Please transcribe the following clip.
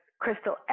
crystal